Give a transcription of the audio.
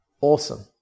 Awesome